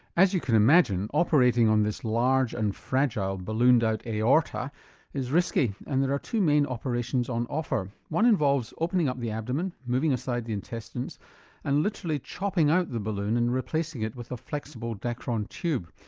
as you can imagine, operating on this large and fragile ballooned out aorta is risky, and there are two main operations on offer. one involves opening up the abdomen, moving aside the intestines and literally chopping out the balloon and replacing it with a flexible dacron tube.